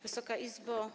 Wysoka Izbo!